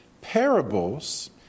parables